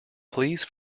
please